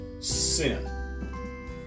sin